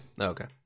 Okay